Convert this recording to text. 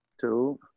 two